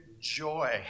joy